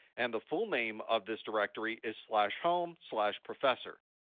and the full name of this directory is slash home slash professor.